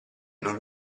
non